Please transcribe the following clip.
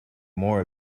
more